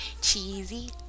cheesy